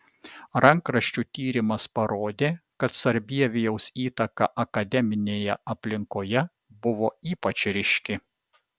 rankraščių tyrimas parodė kad sarbievijaus įtaka akademinėje aplinkoje buvo ypač ryški